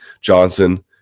Johnson